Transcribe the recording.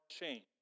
change